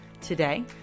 Today